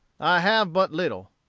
i have but little,